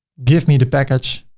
give me the package.